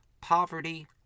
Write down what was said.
Poverty